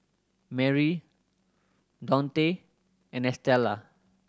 Merri Daunte and Estella